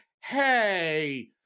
hey